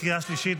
קריאה שלישית,